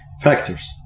factors